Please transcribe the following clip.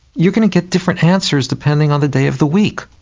you're going to get different answers depending on the day of the week.